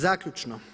Zaključno.